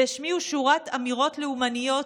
והשמיעו שורת אמירות לאומניות.